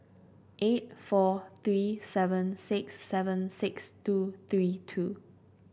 eight four three seven six seven six two three two